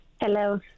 Hello